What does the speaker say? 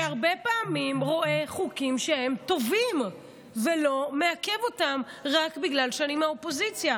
שהרבה פעמים רואה חוקים טובים ולא מעכב אותם רק בגלל שאני מהאופוזיציה.